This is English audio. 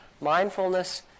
Mindfulness